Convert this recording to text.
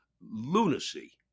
lunacy